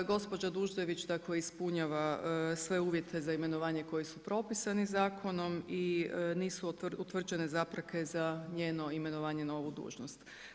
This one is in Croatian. Gospođa Duždević tako ispunjava sve uvjete za imenovanje koji su propisani zakonom i nisu utvrđene zapreke za njeno imenovanje na novu dužnost.